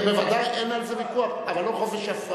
זה בוודאי, אין על זה ויכוח, אבל לא חופש הפרעה.